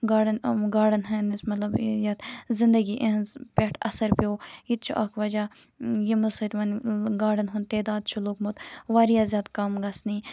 گاڈن گاڈن ہٕندِس مطلب یَتھ زِندگی اِہٕنز پٮ۪ٹھ اثر پیو یہِ تہِ چھُ اَکھ وجہہ یِمو سۭتۍ وۄنۍ گاڈن ہُند تٮ۪عداد چھُ لوگمُت واریاہ زیادٕ کَم گَژھنہِ